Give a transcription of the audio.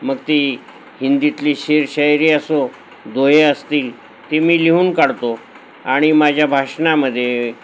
मग ती हिंदीतली शेरो शायरी असो दोहे असतील ती मी लिहून काढतो आणि माझ्या भाषणामध्ये